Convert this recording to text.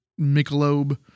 Michelob